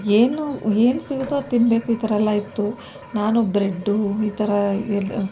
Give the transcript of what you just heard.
ಏನು ಏನು ಸಿಗುತ್ತೋ ಅದು ತಿನ್ನಬೇಕು ಈ ಥರ ಎಲ್ಲ ಇತ್ತು ನಾನು ಬ್ರೆಡ್ಡು ಈ ಥರ ಎಲ್ಲ